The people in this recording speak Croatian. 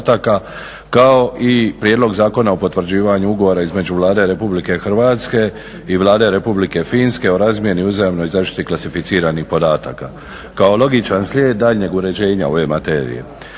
Konačni prijedlog zakona o potvrđivanju ugovora između Vlade Republike Hrvatske i Vlade Republike Finske o uzajamnoj zaštiti klasificiranih podataka, hitni postupak, prvo i drugo čitanje,